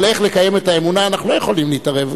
אבל איך לקיים את האמונה אנחנו לא יכולים להתערב.